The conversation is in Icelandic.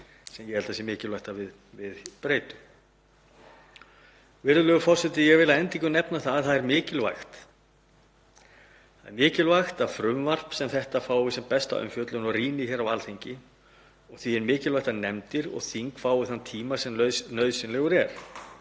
og ég held að það sé mikilvægt að við breytum þessu. Virðulegur forseti. Ég vil að endingu nefna að það er mikilvægt að frumvarp sem þetta fái sem besta umfjöllun og rýni hér á Alþingi. Því er mikilvægt að nefndir og þing fái þann tíma sem nauðsynlegur er.